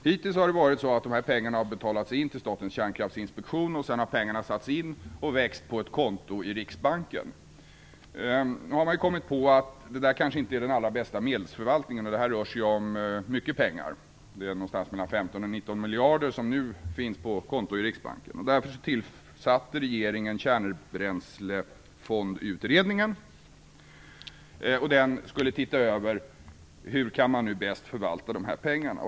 Hittills har dessa pengar betalats in till Statens kärnkraftinspektion, och sedan har pengarna satts in och vuxit på ett konto i Riksbanken. Nu har man kommit på att det kanske inte är den allra bästa medelsförvaltningen - det rör sig här om mycket pengar; det är någonting mellan 15 och 19 miljarder som nu finns på konto i Riksbanken. Därför tillsatte regeringen Kärnbränslefondsutredningen, som skulle se över hur man bäst kan förvalta dessa pengar.